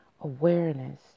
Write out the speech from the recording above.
awareness